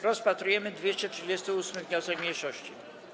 Rozpatrujemy 238. wniosek mniejszości.